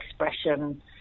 expression